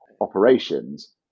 operations